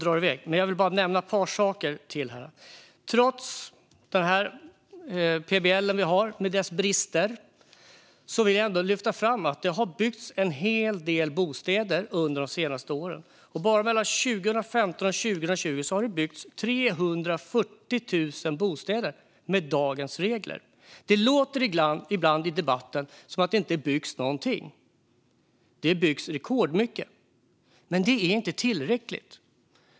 Jag vill nämna ytterligare ett par saker. Trots den plan och bygglag vi har - och med dess brister - vill jag ändå lyfta fram att en hel del bostäder har byggts under de senaste åren. Bara mellan 2015 och 2020 har det med dagens regler byggts 340 000 bostäder. Det låter ibland i debatten som att det inte byggs någonting, men det byggs rekordmycket. Det är dock inte tillräckligt.